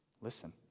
Listen